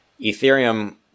Ethereum